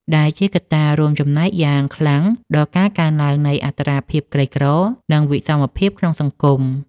ដែលជាកត្តារួមចំណែកយ៉ាងខ្លាំងដល់ការកើនឡើងនៃអត្រាភាពក្រីក្រ និងវិសមភាពក្នុងសង្គម។